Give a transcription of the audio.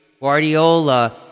Guardiola